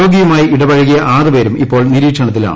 രോഗിയുമായി ഇടപഴകിയ ആറ് പേരും ഇപ്പോൾ നിരീക്ഷണത്തിലാണ്